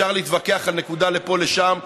אפשר להתווכח על נקודה לפה ולשם.